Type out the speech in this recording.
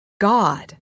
God